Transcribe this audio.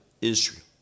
Israel